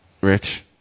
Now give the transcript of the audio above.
Rich